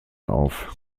auf